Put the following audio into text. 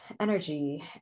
energy